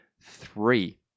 Three